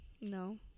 No